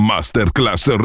Masterclass